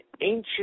ancient